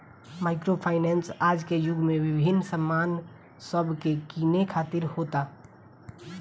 micro finance आज के युग में विभिन्न सामान सब के किने खातिर होता